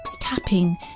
tapping